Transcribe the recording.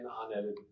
unedited